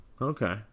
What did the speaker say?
Okay